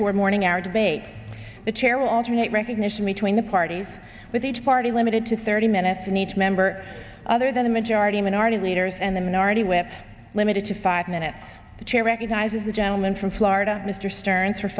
for morning hour debate the chair will alternate recognition between the parties with each party limited to thirty minutes in each member other than a majority minority leaders and the minority whip limited to five minutes the chair recognizes the gentleman from florida mr stern